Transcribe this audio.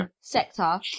sector